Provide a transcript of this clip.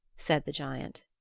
said the giant.